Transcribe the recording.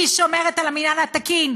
היא שומרת על המינהל התקין.